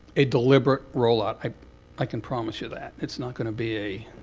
a deliberate roll out. i i can promise you that. it's not going to be a